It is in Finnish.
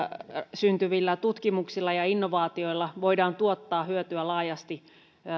syntyvillä tutkimuksilla ja innovaatioilla voidaan tuottaa hyötyä laajasti